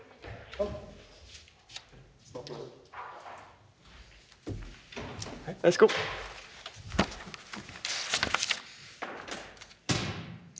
Hvad er det